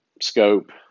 scope